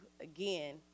again